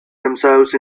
themselves